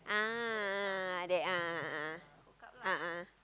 ah there a'ah a'ah